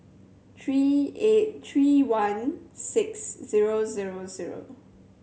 three eight three one six zero zero zero